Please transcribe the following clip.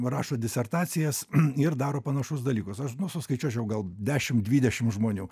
rašo disertacijas ir daro panašus dalykus aš nu suskaičiuočiau gal dešimt dvidešimt žmonių